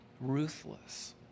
ruthless